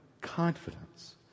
Confidence